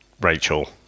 Rachel